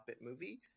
movie